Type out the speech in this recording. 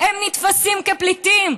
הם נתפסים כפליטים,